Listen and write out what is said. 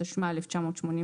התשמ"ה-1985,